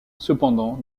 cependant